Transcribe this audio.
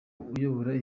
uyobora